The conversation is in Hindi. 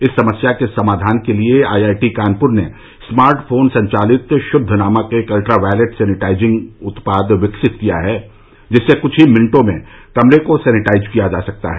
इस समस्या के समाधान के लिये आईआईटी कानपुर ने स्मार्ट फोन संचालित शुद्ध नामक एक अल्ट्रा वायलेट सैनिटाइजिंग उत्पाद विकसित किया है जिससे कुछ ही मिनटों में कमरे को सैनिटाइज किया जा सकता है